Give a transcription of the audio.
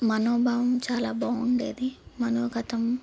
మనోభావం చాలా బాగుండేది మనోగతం